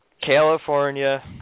California